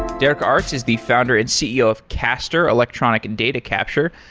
derek arts is the founder and ceo of castor electronic and data capture.